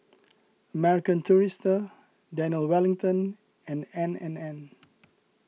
American Tourister Daniel Wellington and N and N